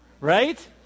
right